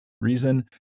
Reason